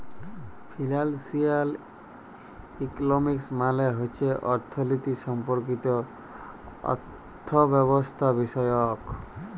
financial economics মালে হছে অথ্থলিতি সম্পর্কিত অথ্থব্যবস্থাবিষয়ক